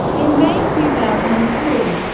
in may two thousand and three,